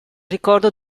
ricordo